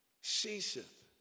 ceaseth